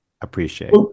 appreciate